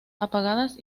apagadas